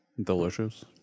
Delicious